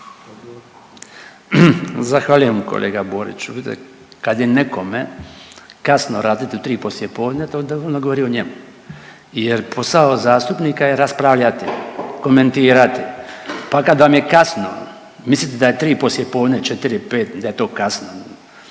Zahvaljujem kolega Boriću. Vidite kad je nekome kasno radit u 3 poslijepodne to onda puno govori o njemu jer posao zastupnika je raspravljati i komentirati, pa kad vam je kasno mislite da je 3 poslijepodne, 4-5 i da je to kasno